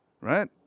right